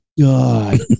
god